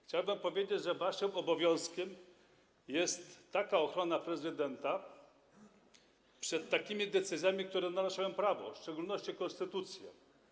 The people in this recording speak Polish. Chciałbym powiedzieć, że waszym obowiązkiem jest ochrona prezydenta przed takimi decyzjami, które naruszają prawo, w szczególności konstytucję.